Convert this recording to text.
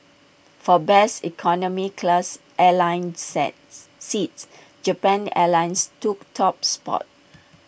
for best economy class airline set seats Japan airlines took top spot